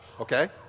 okay